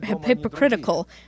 hypocritical